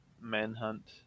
manhunt